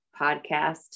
podcast